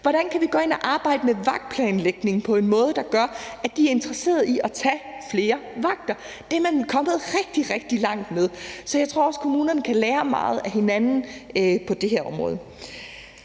Hvordan kan man gå ind og arbejde med vagtplanlægning på en måde, der gør, at de er interesseret i at tage flere vagter? Det er man kommet rigtig, rigtig langt med. Så jeg tror også, at kommunerne kan lære meget af hinanden på det her område.